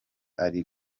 ari